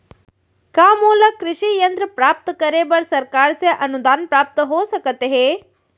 का मोला कृषि यंत्र प्राप्त करे बर सरकार से अनुदान प्राप्त हो सकत हे?